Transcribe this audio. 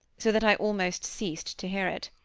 so that i almost ceased to hear it.